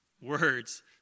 words